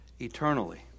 eternally